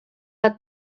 bat